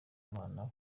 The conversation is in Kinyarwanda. imana